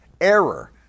error